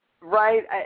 Right